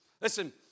Listen